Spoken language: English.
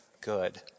good